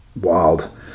wild